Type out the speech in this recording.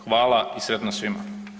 Hvala i sretno svima.